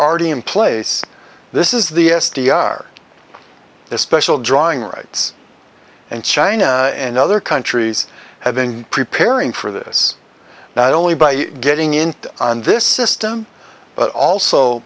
already in place this is the s d r this special drawing rights and china and other countries have been preparing for this not only by getting into this system but also